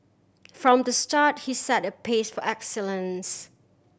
from the start he set a pace for excellence